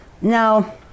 now